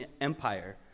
Empire